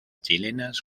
chilenas